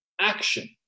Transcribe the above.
Action